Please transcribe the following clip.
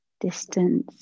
distance